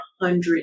hundred